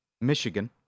Michigan